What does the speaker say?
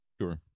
Sure